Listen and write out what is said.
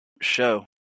show